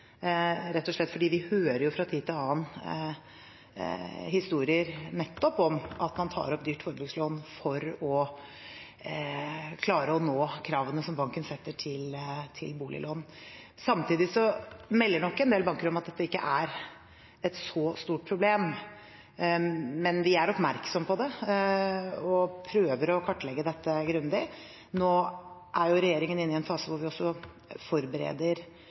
rett og slett fordi vi fra tid til annen hører historier, nettopp om at man tar opp dyrt forbrukslån for å klare å nå kravene som banken setter til boliglån. Samtidig melder nok en del banker om at dette ikke er et så stort problem, men vi er oppmerksom på det og prøver å kartlegge det grundig. Nå er regjeringen inne i en fase hvor vi også forbereder